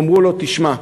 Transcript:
הם אמרו לו: תשמע,